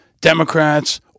Democrats